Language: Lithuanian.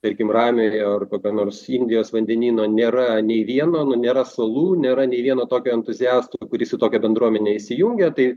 tarkim ramiojo ar kokio nors indijos vandenyno nėra nei vieno nu nėra salų nėra nei vieno tokio entuziasto kuris į tokią bendruomenę įsijungia tai